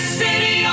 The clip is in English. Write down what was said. city